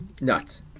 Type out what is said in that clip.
Nuts